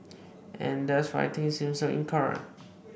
and that's why things seem so incoherent